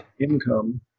income